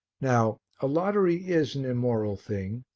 now, a lottery is an immoral thing,